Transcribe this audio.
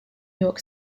york